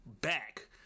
back